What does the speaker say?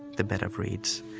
the bed of reeds.